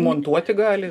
montuoti gali